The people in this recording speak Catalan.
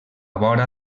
vora